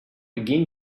begin